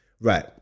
right